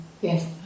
Yes